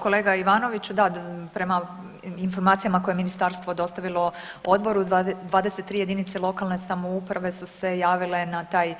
Kolega Ivanoviću, da prema informacijama koje je ministarstvo dostavilo odboru 23 JLS su se javile na taj